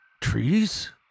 Trees